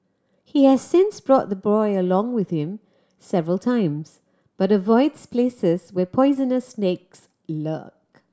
he has since brought the boy along with him several times but avoids places where poisonous snakes lurk